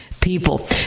people